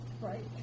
Right